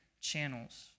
channels